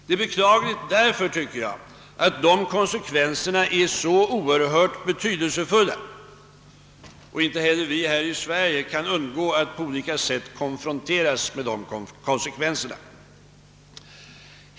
Det är beklagligt av den anledningen att dessa konsekvenser är så oerhört betydelsefulla — inte heller vi här i Sverige kan undgå att på olika sätt konfronteras med dem.